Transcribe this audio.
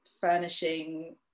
furnishing